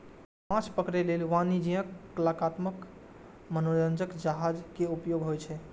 माछ पकड़ै लेल वाणिज्यिक, कलात्मक आ मनोरंजक जहाज के उपयोग होइ छै